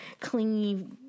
clingy